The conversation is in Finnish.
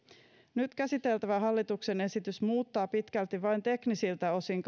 nyt käsiteltävä hallituksen esitys muuttaa pitkälti vain teknisiltä osin